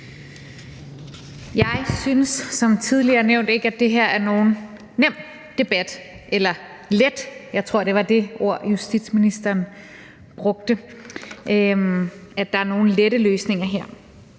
Jeg synes som tidligere nævnt ikke, at det her er nogen nem debat – eller let. Jeg tror, det var det ord, justitsministeren brugte, altså at der er nogle lette løsninger her.